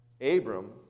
Abram